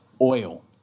oil